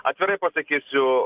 atvirai pasakysiu